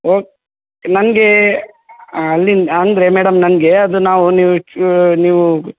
oak ನಂಗೆ ಅಲ್ಲಿನ ಅಂದರೆ ಮೇಡಮ್ ನನಗೆ ಅದು ನಾವು ನೀವು ಚು ನೀವು